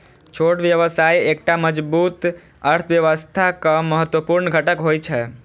छोट व्यवसाय एकटा मजबूत अर्थव्यवस्थाक महत्वपूर्ण घटक होइ छै